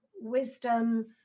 wisdom